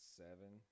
seven